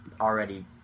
already